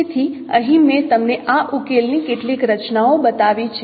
તેથી અહીં મેં તમને આ ઉકેલની કેટલીક રચનાઓ બતાવી છે